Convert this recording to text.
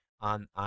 on